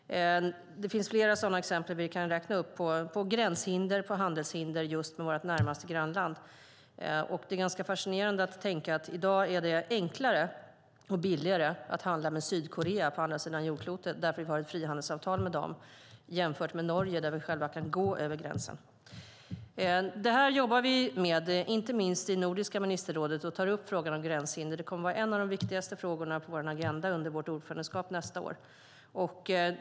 Det finns flera exempel på gränshinder och handelshinder i vårt närmaste grannland. Det är ganska fascinerande att det i dag är enklare och billigare att handla med Sydkorea på andra sidan jordklotet därför att vi har ett frihandelsavtal med dem än med Norge där vi själva kan gå över gränsen. Det här jobbar vi med, inte minst i Nordiska ministerrådet där vi tar upp frågan om gränshinder. Det kommer att vara en av de viktigaste frågorna på agendan under vårt ordförandeskap nästa år.